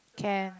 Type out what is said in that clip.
can